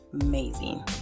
amazing